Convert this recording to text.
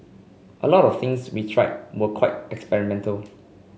a lot of things we tried were quite experimental